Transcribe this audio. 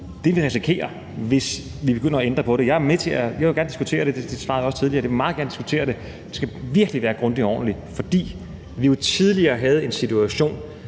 er en risiko, hvis vi begynder at ændre på det. Jeg vil gerne diskutere det, og det svarede jeg også tidligere – jeg vil meget gerne diskutere det – men det skal virkelig være grundigt og ordentligt, fordi vi jo tidligere havde en situation